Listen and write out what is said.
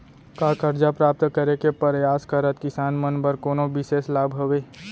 का करजा प्राप्त करे के परयास करत किसान मन बर कोनो बिशेष लाभ हवे?